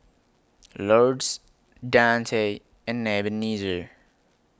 Lourdes Dante and Ebenezer